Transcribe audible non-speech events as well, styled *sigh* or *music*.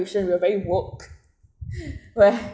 we are very woke *laughs* where